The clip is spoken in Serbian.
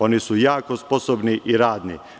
Oni su jako sposobni i radni.